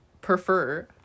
prefer